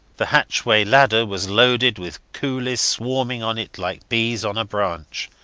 the hatchway ladder was loaded with coolies swarming on it like bees on a branch.